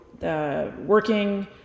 working